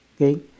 okay